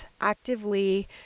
actively